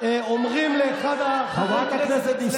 אומרים לאחד מחברי הכנסת אצלנו.